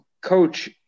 Coach